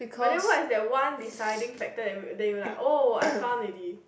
but then what is that one deciding factor that that you will like oh I found already